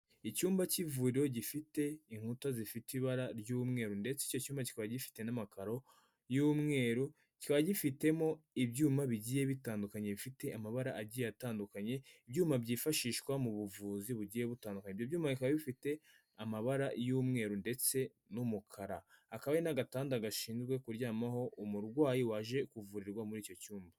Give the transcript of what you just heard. Icyumba cy'ivuriro gifite inkuta zifite ibara ry'umweru ndetse icyo cyuyuma kikaba gifite n'amakaro y'umweru, kiba gifitemo ibyuma bigiye bitandukanye bifite amabara agiye atandukanye, ibyuma byifashishwa mu buvuzi bugiye butandukanye. Ibyo byuma bikaba bifite amabara y'umweru ndetse n'umukara, hakaba hari n'agatanda gashinzwe kuryamaho umurwayi waje kuvurirwa muri icyo cyumba.